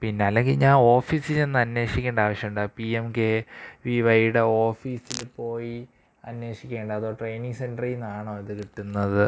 പിന്നെ അല്ലെങ്കിൽ ഞാൻ ഓഫീസിൽ ചെന്നന്വേഷിക്കേണ്ട ആവശ്യമുണ്ടോ പി എം കെ പി വൈയുടെ ഓഫീസിൽ പോയി അന്വേഷിക്കേണ്ട അതോ ട്രെയിനിംഗ് സെൻ്ററിൽ നിന്നാണോ ഇതു കിട്ടുന്നത്